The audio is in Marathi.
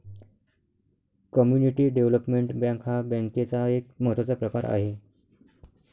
कम्युनिटी डेव्हलपमेंट बँक हा बँकेचा एक महत्त्वाचा प्रकार आहे